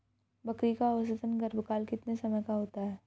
बकरी का औसतन गर्भकाल कितने समय का होता है?